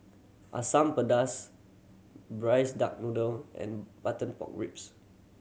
Asam Pedas Braised Duck Noodle and butter pork ribs